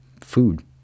food